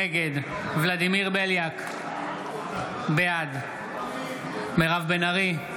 נגד ולדימיר בליאק, בעד מירב בן ארי,